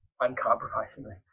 uncompromisingly